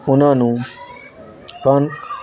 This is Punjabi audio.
ਉਹਨਾਂ ਨੂੰ ਕਣਕ